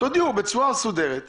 תודיעו בצורה מסודרת לרשתות,